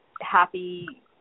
happy